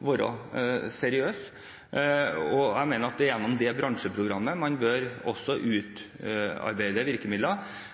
være seriøs. Jeg mener at det er gjennom det bransjeprogrammet man også bør utarbeide virkemidler.